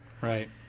right